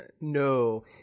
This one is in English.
No